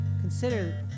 consider